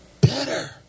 Better